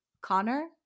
Connor